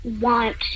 want